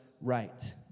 right